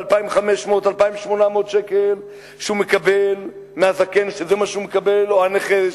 ב-2,500 2,800 שקל שהוא מקבל מהזקן או הנכה,